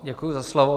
Děkuji za slovo.